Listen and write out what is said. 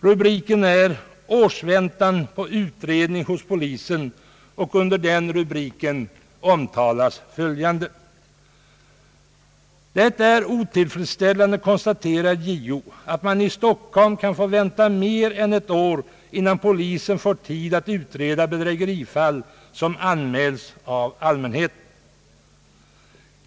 Rubriken är »Års väntan på utredning hos polisen», och i notisen omtalas följande: »Det är otillfredsställande, konstaterar JO, att man i Stockholm kan få vänta mer än ett år innan polisen får tid att utreda bedrägerifall, som anmälts av allmänheten.